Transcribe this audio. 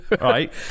Right